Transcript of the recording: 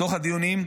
בתוך הדיונים.